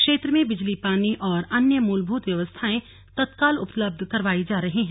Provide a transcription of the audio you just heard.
क्षेत्र में बिजली पानी और अन्य मूलभूत व्यवस्थाएं तत्काल उपलब्ध करवाई जा रही हैं